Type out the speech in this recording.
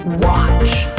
watch